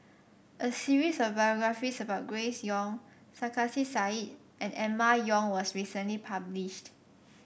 a series of biographies about Grace Young Sarkasi Said and Emma Yong was recently published